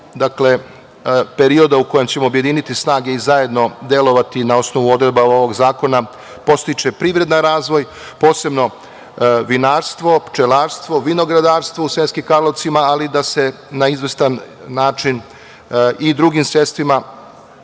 toku perioda u kojem ćemo objediniti snage i zajedno delovati na osnovu odredba ovog zakona podstiče privredan razvoj, posebno vinarstvo, pčelarstvo, vinogradarstvo u Sremskim Karlovcima, ali da se na izvestan način i drugim sredstvima